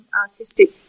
artistic